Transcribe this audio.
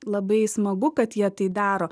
labai smagu kad jie tai daro